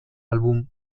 álbum